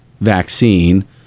vaccine